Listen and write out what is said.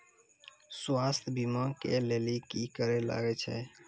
स्वास्थ्य बीमा के लेली की करे लागे छै?